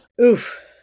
Oof